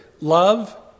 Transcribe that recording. Love